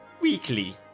weekly